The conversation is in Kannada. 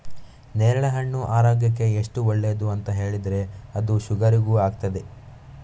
ನೇರಳೆಹಣ್ಣು ಆರೋಗ್ಯಕ್ಕೆ ಎಷ್ಟು ಒಳ್ಳೇದು ಅಂತ ಹೇಳಿದ್ರೆ ಅದು ಶುಗರಿಗೂ ಆಗ್ತದೆ